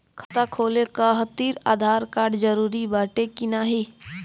खाता खोले काहतिर आधार कार्ड जरूरी बाटे कि नाहीं?